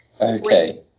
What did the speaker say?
Okay